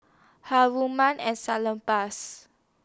Haruma and Salonpas